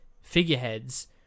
figureheads